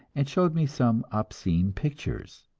and showed me some obscene pictures.